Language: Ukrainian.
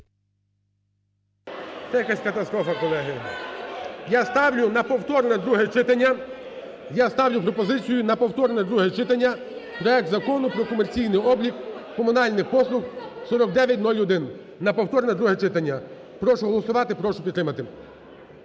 пропозицію на повторне друге читання проект Закону про комерційний облік комунальних послуг (4901) на повторне друге читання. Прошу голосувати, прошу підтримати,